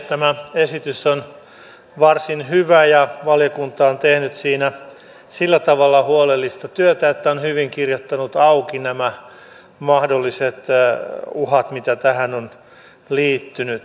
tämä esitys on varsin hyvä ja valiokunta on tehnyt siinä sillä tavalla huolellista työtä että on hyvin kirjoittanut auki nämä mahdolliset uhat mitä tähän on liittynyt